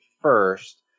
first